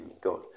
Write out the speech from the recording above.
God